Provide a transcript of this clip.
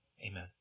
Amen